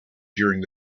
during